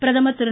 பிரதமர் திரு